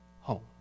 home